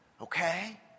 Okay